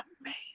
amazing